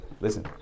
listen